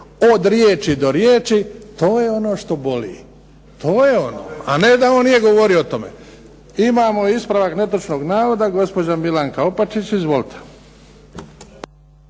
od riječi do riječi, to je ono što boli. To je ono. A ne da on nije govorio o tome. Imamo ispravak netočnog navoda, gospođa Milanka Opačić. Izvolite.